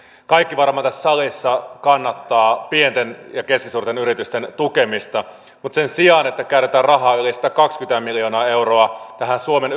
kaikki varmaan tässä salissa kannattavat pienten ja keskisuurten yritysten tukemista mutta sen sijaan että käytetään rahaa yli satakaksikymmentä miljoonaa euroa tähän suomen